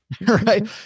Right